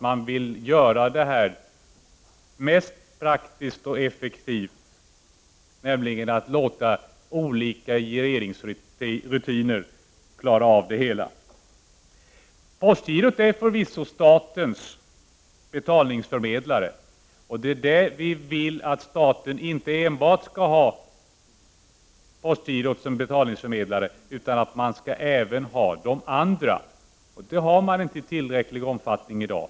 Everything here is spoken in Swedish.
Då vill man göra det som är mest praktiskt och effektivt, nämligen att låta olika gireringsrutiner klara av det hela. Postgirot är förvisso statens betalningsförmedlare. Vad vi vill är att staten inte enbart skall ha postgirot som betalningsförmedlare utan också andra. Det har man inte i tillräcklig omfattning i dag.